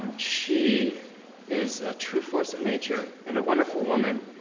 she is a true force of nature and a wonderful woman.